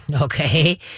okay